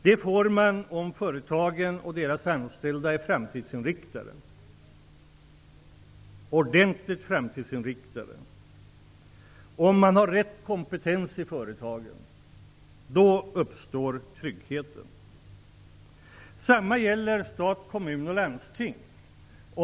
Det får man om företagen och deras anställda är ordentligt framtidsinriktade och om man har rätt kompetens i företagen. Då uppstår tryggheten. Samma gäller för stat, kommuner och landsting.